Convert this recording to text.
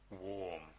warm